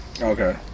okay